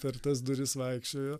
per tas duris vaikščiojo